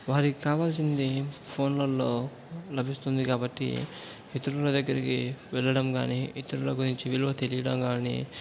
వారికావాల్సింది ఫోన్లల్లో లభిస్తుంది కాబట్టి ఇతరుల దగ్గరికి వెళ్ళడం గాని ఇతరుల గురించి విలువ తెలియడం గాని